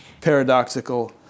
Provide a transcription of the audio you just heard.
paradoxical